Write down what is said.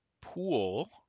pool